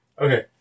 Okay